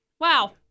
wow